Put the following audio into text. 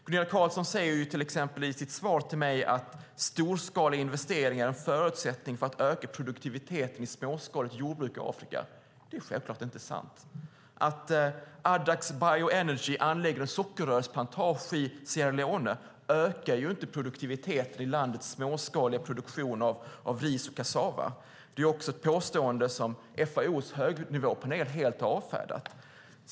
Gunilla Carlsson säger till exempel i sitt svar till mig att storskaliga investeringar är en förutsättning för att öka produktiviteten i småskaligt jordbruk i Afrika. Det är självklart inte sant. Att Addax Bioenergy anlägger en sockerrörsplantage i Sierra Leone ökar ju inte produktiviteten i landets småskaliga produktion av ris och kassava. Det är också ett påstående som FAO:s högnivåpanel helt har avfärdat.